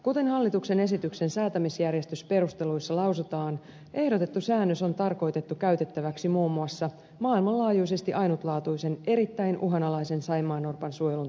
kuten hallituksen esityksen säätämisjärjestysperusteluissa lausutaan ehdotettu säännös on tarkoitettu käytettäväksi muun muassa maailmanlaajuisesti ainutlaatuisen erittäin uhanalaisen saimaannorpan suojelun toteuttamisessa